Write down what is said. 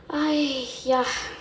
!haiya!